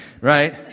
right